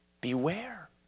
Beware